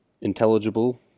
intelligible